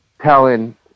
telling